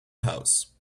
house